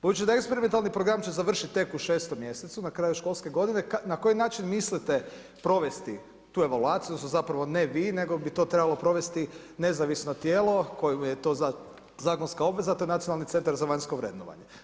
Budući da eksperimentalni program će završiti tek u 6. mj. na kraju školske g. na koji način mislite provesti tu evolucije, odnosno, zapravo ne vi, nego bi to trebalo provesti nezavisno tijelo, kojemu je to zakonska obveza te nacionalni centar za vanjsko vrednovanje.